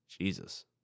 Jesus